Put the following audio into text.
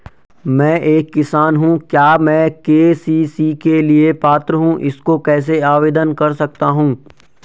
मैं एक किसान हूँ क्या मैं के.सी.सी के लिए पात्र हूँ इसको कैसे आवेदन कर सकता हूँ?